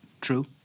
True